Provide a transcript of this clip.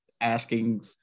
asking